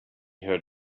heard